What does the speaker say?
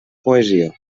cohesió